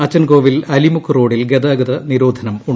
അച്ചൻകോവിൽ അലിമുക്ക് റോഡിൽ ഗതാഗത നിരോധനമുണ്ട്